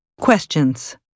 Questions